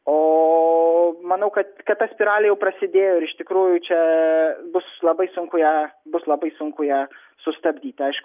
o manau kad kad ta spiralė jau prasidėjo ir iš tikrųjų čia bus labai sunku ją bus labai sunku ją sustabdyt aišku